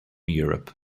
europe